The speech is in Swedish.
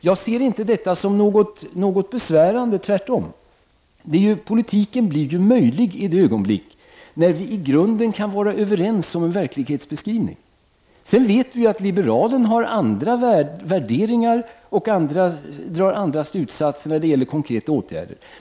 Jag ser inte detta som något besvärande, tvärtom. Politiken blir möjlig i det ögonblick där vi i grunden kan vara överens om en verklighetsbeskrivning. Sedan vet vi att en liberal har andra värderingar och drar andra slutsatser när det gäller konkreta åtgärder.